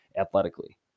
athletically